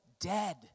dead